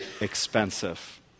expensive